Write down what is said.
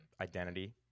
identity